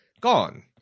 Gone